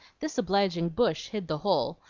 this obliging bush hid the hole,